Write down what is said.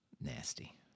Nasty